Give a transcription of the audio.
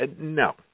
No